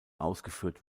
ausgeführt